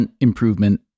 improvement